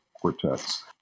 Quartets